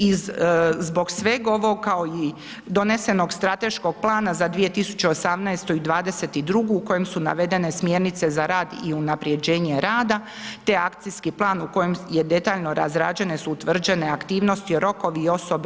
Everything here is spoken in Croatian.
I zbog svega ovog, kao i donošenog strateškog plana za 2018. i 2022. u kojoj su navedene smjernice za rad i unapređenje rada, te akcijski plan u kojoj detaljno razrađene su utvrđene aktivnosti, rokovi i osobe